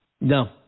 No